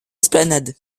esplanade